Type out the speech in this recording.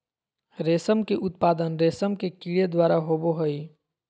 रेशम का उत्पादन रेशम के कीड़े द्वारा होबो हइ